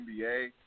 NBA